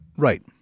Right